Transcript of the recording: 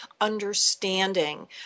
understanding